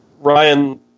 Ryan